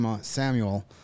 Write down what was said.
Samuel